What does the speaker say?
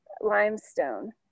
Limestone